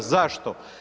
Zašto?